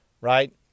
right